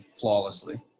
flawlessly